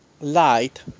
light